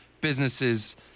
businesses